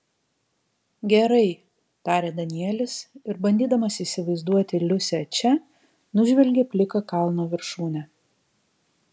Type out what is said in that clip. gerai tarė danielis ir bandydamas įsivaizduoti liusę čia nužvelgė pliką kalno viršūnę